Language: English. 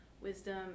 Wisdom